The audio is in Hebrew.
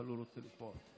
אבל הוא רוצה לשמוע אותך.